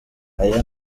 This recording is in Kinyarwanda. aya